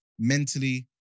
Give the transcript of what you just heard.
Mentally